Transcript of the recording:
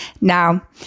Now